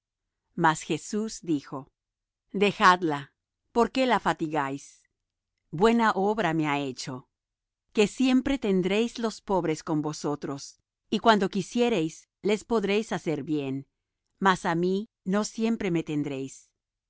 mas jesús dijo dejadla por qué la fatigáis buena obra me ha hecho que siempre tendréis los pobres con vosotros y cuando quisiereis les podréis hacer bien mas á mí no siempre me tendréis